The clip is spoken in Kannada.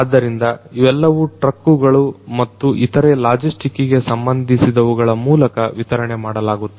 ಆದ್ದರಿಂದ ಇವೆಲ್ಲವೂ ಟ್ರಕ್ಕುಗಳು ಮತ್ತು ಇತರೆ ಲಾಜಿಸ್ಟಿಕ್ಗೆ ಸಂಬಂಧಿಸಿದವುಗಳು ಮೂಲಕ ವಿತರಣೆ ಮಾಡಲಾಗುತ್ತದೆ